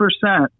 percent